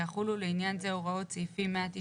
ויחולו לעניין זה הוראות סעיפים 197